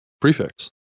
prefix